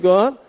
God